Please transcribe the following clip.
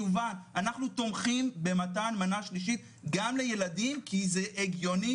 אנחנו תומכים במתן מנה שלישית גם לילדים כי זה הגיוני